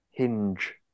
hinge